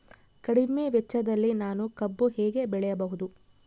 ಕಡಿಮೆ ವೆಚ್ಚದಲ್ಲಿ ನಾನು ಕಬ್ಬು ಹೇಗೆ ಬೆಳೆಯಬಹುದು?